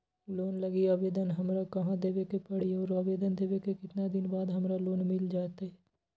Loan लागी आवेदन हमरा कहां देवे के पड़ी और आवेदन देवे के केतना दिन बाद हमरा लोन मिल जतई?